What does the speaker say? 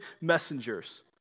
messengers